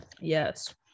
Yes